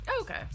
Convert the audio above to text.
okay